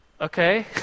okay